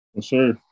Sure